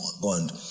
bond